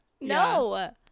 No